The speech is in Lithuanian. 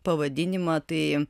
pavadinimą tai